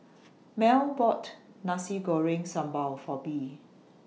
Mell bought Nasi Goreng Sambal For Bee